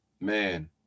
Man